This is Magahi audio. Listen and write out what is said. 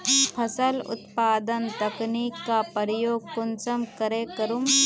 फसल उत्पादन तकनीक का प्रयोग कुंसम करे करूम?